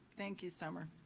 thank you, summer.